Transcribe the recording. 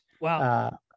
Wow